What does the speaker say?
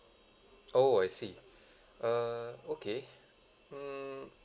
oh I see uh okay mm